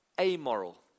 amoral